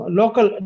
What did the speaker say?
local